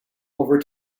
over